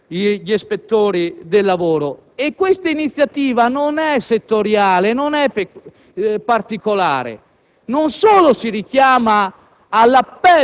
che appunto proponeva di raddoppiare gli ispettori del lavoro. Questa iniziativa non è settoriale, non è particolare;